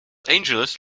angeles